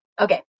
Okay